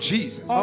Jesus